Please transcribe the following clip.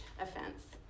offense